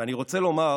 ואני רוצה לומר